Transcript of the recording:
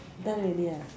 done already ah